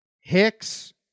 Hicks